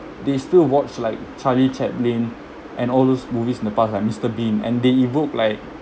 they still watch like charlie chaplin and all those movies in the past like mister bean and they evoke like